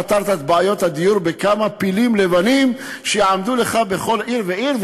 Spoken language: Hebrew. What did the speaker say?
פתרת את בעיות הדיור בכמה פילים לבנים שיעמדו לך בכל עיר ועיר.